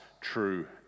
true